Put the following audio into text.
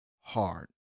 hard